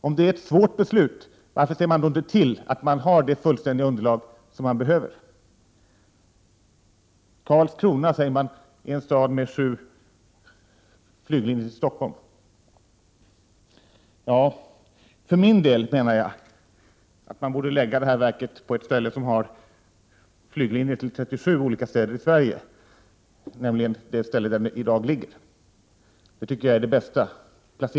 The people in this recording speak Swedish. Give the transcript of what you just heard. Om det är ett svårt beslut, varför ser man då inte till att ha det fullständiga underlaget som behövs? Karlskrona är en stad med sju flygavgångar till Stockholm, har vi fått höra. Jag menar att man borde förlägga det här verket till ett ställe som har flyglinjer till 37 olika städer i Sverige, nämligen till det ställe där de nuvarande myndigheterna i dag redan finns. Detta tycker jag är den bästa — Prot.